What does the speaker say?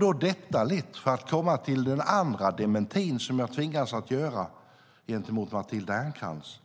Nu kommer jag till den andra dementi jag tvingas göra gentemot Matilda Ernkrans: